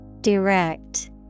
DIRECT